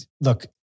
look